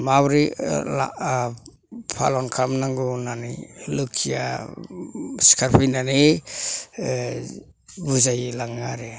माबोरै ला फालन खालामनांगौ होननानै लोखिआ सिखारफैनानै बुजायो लाङो आरो